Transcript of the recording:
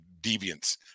deviance